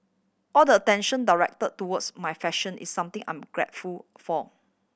all the attention direct towards my fashion is something I'm grateful for